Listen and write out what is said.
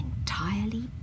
entirely